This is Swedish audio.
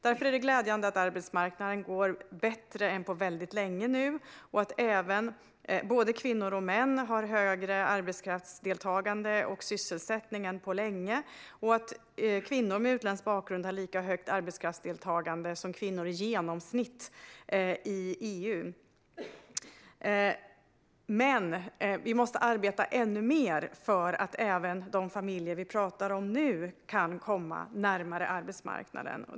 Det är därför glädjande att arbetsmarknaden nu går bättre än på väldigt länge och att arbetskraftsdeltagandet och sysselsättningen bland både kvinnor och män är högre än på länge. Arbetskraftsdeltagandet bland kvinnor med utländsk bakgrund är dessutom lika högt som bland kvinnor i EU i genomsnitt. Vi måste dock arbeta ännu mer för att även de familjer som vi talar om nu ska kunna komma närmare arbetsmarknaden.